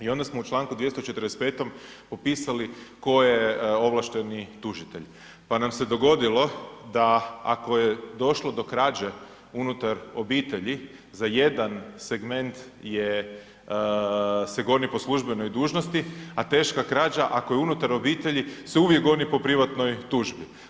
I onda smo u Članku 245. popisali tko je ovlašteni tužitelj, pa nam se dogodilo da ako je došlo do krađe unutar obitelji za jedan segment je, se goni po službenoj dužnosti, a teška krađa ako je unutar obitelji se uvijek goni po privatnoj tužbi.